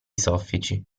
soffici